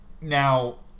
Now